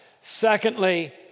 Secondly